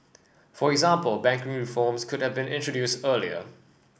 for example banking reforms could have been introduced earlier